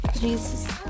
jesus